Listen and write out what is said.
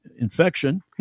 infection